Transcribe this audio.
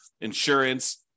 insurance